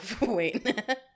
wait